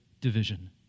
division